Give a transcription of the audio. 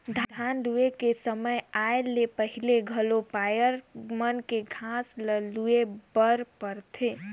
धान लूए के समे आए ले पहिले घलो पायर मन के घांस ल लूए बर परथे